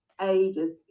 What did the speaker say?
ages